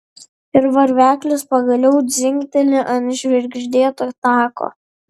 ir varveklis pagaliau dzingteli ant žvirgždėto tako